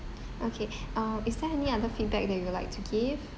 okay uh is there any other feedback that you would like to give